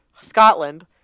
Scotland